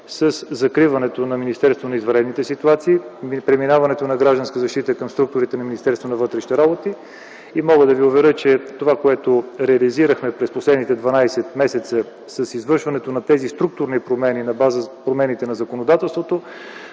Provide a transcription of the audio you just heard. със закриването на Министерството на извънредните ситуации и преминаването на „Гражданска защита” към структурите на Министерството на вътрешните работи. Мога да ви уверя, че това, което реализирахме през последните 12 месеца с извършването на тези структурни промени на базата на промените в законодателството,